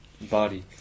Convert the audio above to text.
body